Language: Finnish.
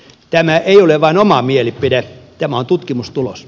tämä ei ole vain oma mielipide tämä on tutkimustulos